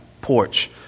porch